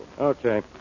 Okay